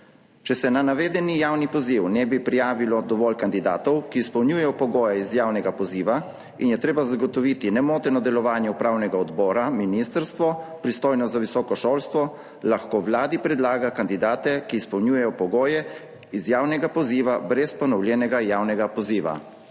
Če se na navedeni javni poziv ne bi prijavilo dovolj kandidatov, ki izpolnjujejo pogoje iz javnega poziva in je treba zagotoviti nemoteno delovanje upravnega odbora, ministrstvo, pristojno za visoko šolstvo, lahko Vladi predlaga kandidate, ki izpolnjujejo pogoje iz javnega poziva, brez ponovljenega javnega poziva.